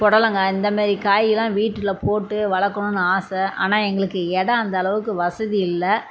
பொடலங்காய் இந்தமாரி காய்லாம் வீட்டில் போட்டு வளர்க்கணுன்னு ஆசை ஆனால் எங்களுக்கு இடம் அந்தளவுக்கு வசதி இல்லை